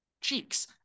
Cheeks